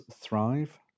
thrive